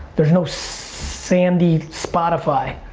there's no sandy spotify.